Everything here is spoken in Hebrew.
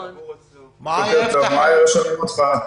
כמו שציינו כבר משרד הבריאות עובד כבר לא מעט זמן עם משרד הפנים,